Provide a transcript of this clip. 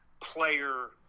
player